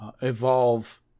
evolve